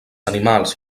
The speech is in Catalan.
animals